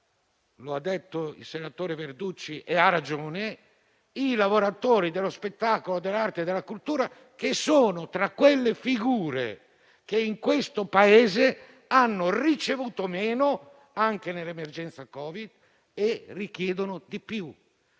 come ha detto il senatore Verducci e ha ragione - i lavoratori dello spettacolo, dell'arte e della cultura sono tra le figure che in questo Paese hanno ricevuto meno anche nell'emergenza Covid e richiedono di più.